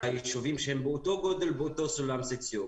לג'ת.